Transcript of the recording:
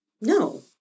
No